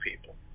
people